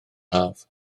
haf